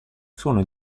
sono